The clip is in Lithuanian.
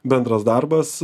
bendras darbas